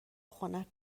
خنک